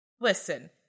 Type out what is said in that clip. listen